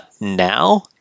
Now